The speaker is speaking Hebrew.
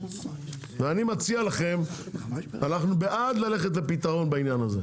ואני מציע לכם, אנחנו בעד ללכת לפתרון בעניין הזה.